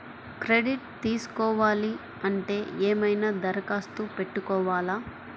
Credit తీసుకోవాలి అంటే ఏమైనా దరఖాస్తు పెట్టుకోవాలా?